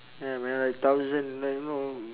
ya man like thousand like know